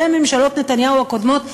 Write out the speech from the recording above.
וממשלות נתניהו הקודמות,